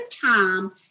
time